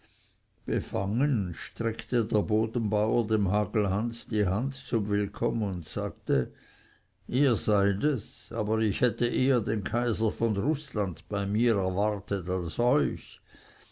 befangen streckte der bodenbauer dem hagelhans die hand zum willkomm und sagte ihr seid es aber ich hätte eher den kaiser von rußland bei mir erwartet als euch